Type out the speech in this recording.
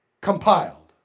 compiled